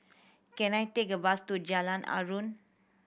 can I take a bus to Jalan Aruan